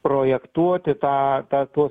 projektuoti tą tą tuos